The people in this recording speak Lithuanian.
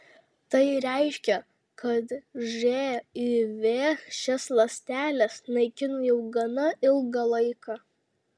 tai reiškia kad živ šias ląsteles naikino jau gana ilgą laiką